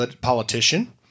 politician